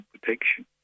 protection